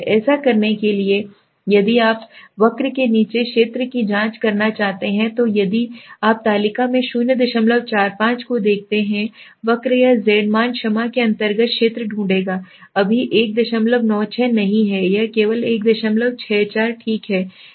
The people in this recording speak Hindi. ऐसा करने के लिए यदि आप वक्र के नीचे क्षेत्र की जांच करना चाहते हैं तो यदि आप तालिका में 045 को देखते हैं वक्र या Z मान क्षमा के अंतर्गत क्षेत्र ढूंढेगा अभी 196 नहीं है यह केवल 164 ठीक है